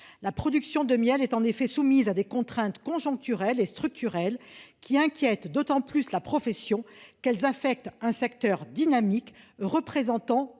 La production de miel est en effet soumise à des contraintes conjoncturelles et structurelles qui inquiètent d’autant plus la profession qu’elles affectent un secteur dynamique comprenant